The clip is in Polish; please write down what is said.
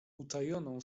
utajoną